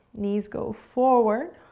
knees go forward,